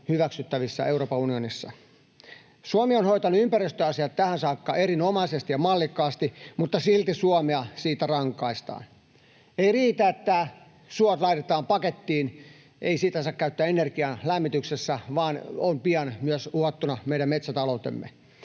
hyväksyttävissä Euroopan unionissa. Suomi on hoitanut ympäristöasiat tähän saakka erinomaisesti ja mallikkaasti, mutta silti Suomea siitä rankaistaan. Ei riitä, että suot laitetaan pakettiin, ei niitä saa käyttää energiana lämmityksessä, vaan pian on uhattuna myös meidän metsätaloutemme.